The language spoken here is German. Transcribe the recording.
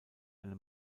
eine